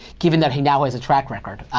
given that he now has a track record.